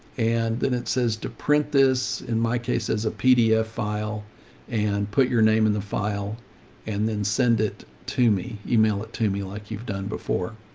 and then it says to print this in my case as a pdf file and put your name in the file and then send it to me, email it to me like you've done before.